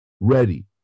ready